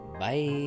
Bye